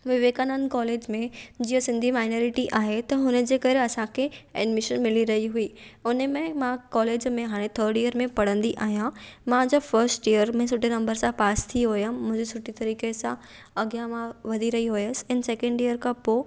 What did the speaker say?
Vivekananda college में जीअं Sindhi minority आहे त उनजे करे असांखे एडमिशन मिली रही हुई उन्हीअ में मां कॉलेज में हाणे थर्ड इयर में पढ़ंदी आहियां मुंहिंजा फर्स्ट इयर में सुठे नंबर सां पास थी हुअमि मुंहिंजे सुठे तरीके सां अॻियां मां वधी रही हुअसि एंड सेकेंड इयर खां पोइ